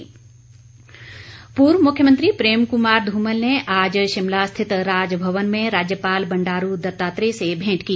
भेंट पूर्व मुख्यमंत्री प्रेम कुमार ध्रमल ने आज शिमला रिश्थित राजभवन में राज्यपाल बंडारू दत्तात्रेय से भेंट की